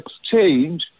exchange